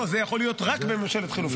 לא, זה יכול להיות רק בממשלת חילופים.